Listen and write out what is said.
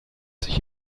sich